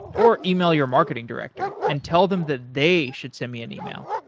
or yeah e-mail your marketing director and tell them that they should send me an yeah e-mail,